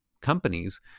companies